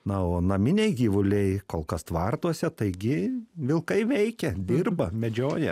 na o naminiai gyvuliai kol kas tvartuose taigi vilkai veikia dirba medžioja